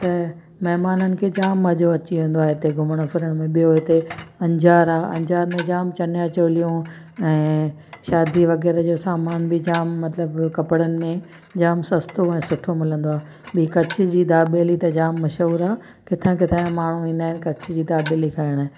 त महिमाननि खे जाम मज़ो अची वेंदो आहे हिते घुमण फिरण में ॿियो हिते अंजार आहे अंजार में जाम चनिया चोलियूं ऐं शादी वग़ैरह जो समान बि जाम मतिलबु कपिड़नि में जाम सस्तो ऐं सुठो मिलंदो आहे ॿी कच्छ जी दाबेली त जाम मशहूरु आहे किथां किथां जा माण्हू ईंदा आहिनि कच्छ जी दाबेली खाइणु